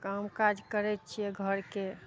काम काज करय छियै घरके